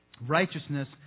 Righteousness